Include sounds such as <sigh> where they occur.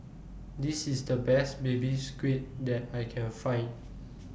<noise> This IS The Best Baby Squid that I Can Find